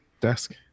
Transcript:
desk